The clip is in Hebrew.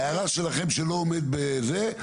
ההערה שלכם ש-'לא עומד בתנאים',